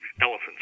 elephants